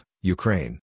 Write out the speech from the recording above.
Ukraine